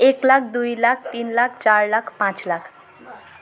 एक लाख दुई लाख तिन लाख चार लाख पाँच लाख